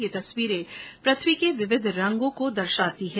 यह तस्वीरें पृथ्वी के विविध रंगों को दर्शाती हैं